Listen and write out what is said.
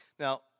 Now